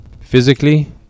physically